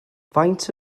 faint